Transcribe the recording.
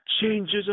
changes